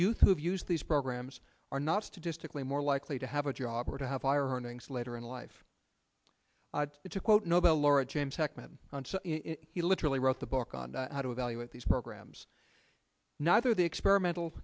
youth who have used these programs are not statistically more likely to have a job or to have higher earnings later in life it's a quote nobel laureate james heckman he literally wrote the book on how to evaluate these programs neither the experimental